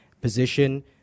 position